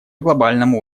глобальном